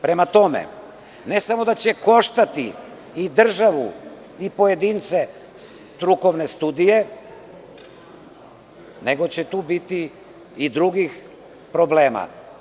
Prema tome, ne samo da će koštati i državu i pojedince strukovne studije, nego će tu biti i drugih problema.